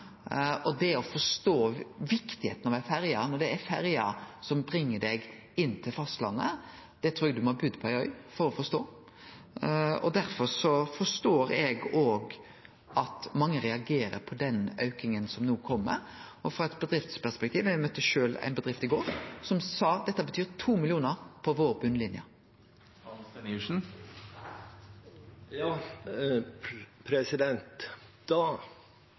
Det å forstå kor viktig ferja er, at det er ferja som bringar deg inn til fastlandet, trur eg ein må ha budd på ein øy for å forstå. Derfor forstår eg òg at mange reagerer på den auken som no kjem – òg frå eit bedriftsperspektiv. Eg møtte sjølv ein bedrift i går som sa at dette betyr 2 mill. kr på